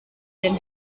den